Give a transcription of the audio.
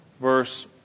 verse